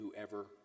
whoever